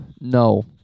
No